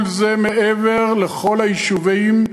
כל זה מעבר לכל היישובים,